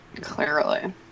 Clearly